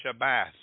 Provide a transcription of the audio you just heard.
shabbat